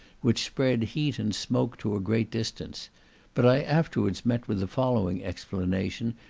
which spread heat and smoke to a great distance but i afterwards met with the following explanation,